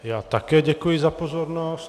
Já také děkuji za pozornost.